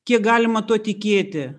kiek galima tuo tikėti